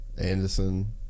Anderson